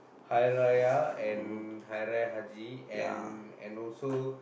Hari-Raya and Hari-Raya-Haji and and also